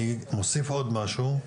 אני מוסיף עוד משהו,